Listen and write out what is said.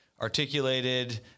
articulated